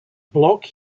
block